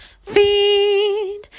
feed